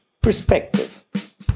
perspective